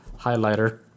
highlighter